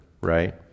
right